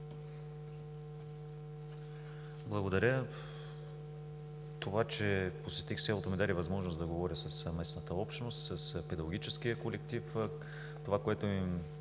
Благодаря. Това, че посетих селото, ми даде възможност да говоря с местната общност, с педагогическия колектив. Това, което се